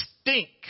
stink